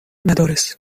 مدارس